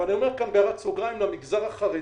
ואני אומר כאן בהערת סוגריים למגזר החרדי,